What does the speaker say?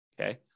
Okay